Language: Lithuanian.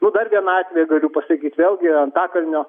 nu dar vieną atvejį galiu pasakyt vėlgi antakalnio